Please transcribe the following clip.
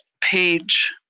page